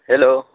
hello